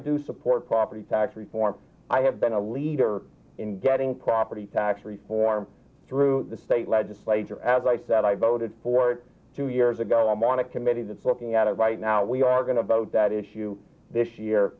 do support property tax reform i have been a leader in getting property tax reform through the state legislature as i said i voted for it two years ago i'm on a committee that's looking at it right now we are going to vote that issue this year